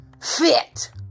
Fit